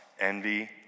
envy